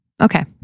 okay